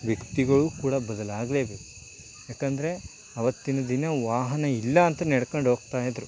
ವ್ಯಕ್ತಿಗಳು ಕೂಡ ಬದಲಾಗಲೇಬೇಕು ಯಾಕೆಂದ್ರೆ ಆವತ್ತಿನ ದಿನ ವಾಹನ ಇಲ್ಲ ಅಂತ ನೆಡ್ಕಂಡು ಹೋಗ್ತಾಯಿದ್ರು